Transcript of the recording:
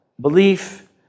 belief